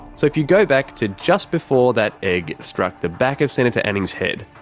so if you go back to just before that egg struck the back of senator anning's head,